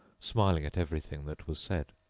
smiling at everything that was said,